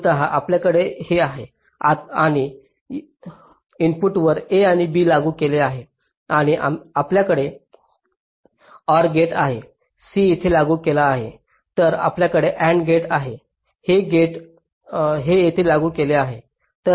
मूलत आपल्याकडे हे आहे या आणि इनपुटवर a आणि b लागू केले जातात आणि आमच्याकडे OR गेट आहे c इथे लागू केला आहे तर आपल्याकडे AND गेट आहे हे येथे लागू केले आहे